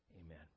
Amen